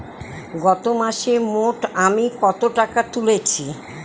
গত মাসে মোট আমি কত টাকা তুলেছি?